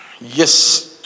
Yes